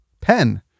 Pen